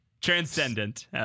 transcendent